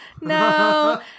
no